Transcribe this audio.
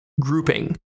grouping